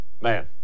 Man